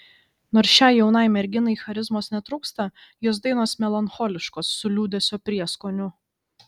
nors šiai jaunai merginai charizmos netrūksta jos dainos melancholiškos su liūdesio prieskoniu